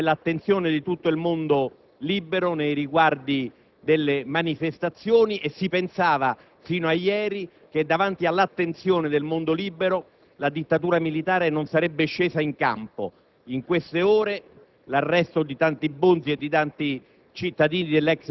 stanno richiamando alla responsabilità. C'è l'attenzione di tutto il mondo libero nei riguardi delle manifestazioni e si pensava fino a ieri che, davanti a tale attenzione, la dittatura militare non sarebbe scesa in campo. In queste ore